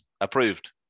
approved